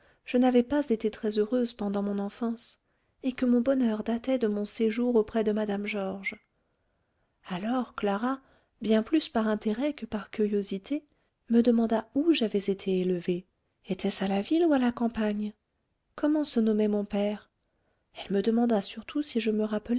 je n'avais pas été très-heureuse pendant mon enfance et que mon bonheur datait de mon séjour auprès de mme georges alors clara bien plus par intérêt que par curiosité me demanda où j'avais été élevée était-ce à la ville ou à la campagne comment se nommait mon père elle me demanda surtout si je me